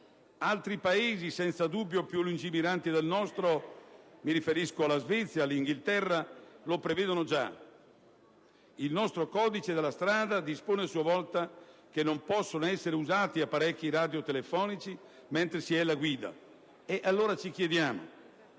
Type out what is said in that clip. Altri Paesi, senza dubbio più lungimiranti del nostro, come l'Inghilterra e la Svezia, lo prevedono già. Il nostro codice della strada dispone a sua volta che non possono essere usati apparecchi radiotelefonici mentre si è alla guida. Ci chiediamo